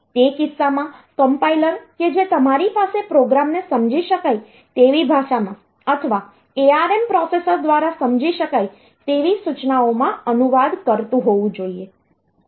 તે કિસ્સામાં કમ્પાઈલર કે જે તમારી પાસે પ્રોગ્રામને સમજી શકાય તેવી ભાષામાં અથવા ARM પ્રોસેસર દ્વારા સમજી શકાય તેવી સૂચનાઓમાં અનુવાદ કરતું હોવું જોઈએ